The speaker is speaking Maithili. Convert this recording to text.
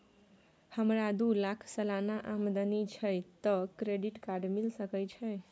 हमरा दू लाख सालाना आमदनी छै त क्रेडिट कार्ड मिल सके छै?